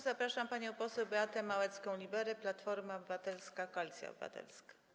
Zapraszam panią poseł Beatę Małecką-Liberę, Platforma Obywatelska - Koalicja Obywatelska.